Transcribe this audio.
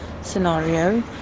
scenario